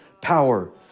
power